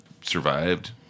survived